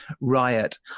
riot